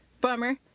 Bummer